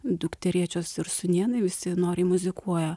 dukterėčios ir sūnėnai visi noriai muzikuoja